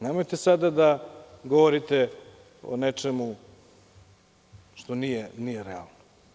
Nemojte sada da govorite o nečemu što nije realno.